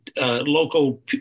local